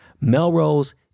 Melrose